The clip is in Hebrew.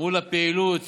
מול הפעילות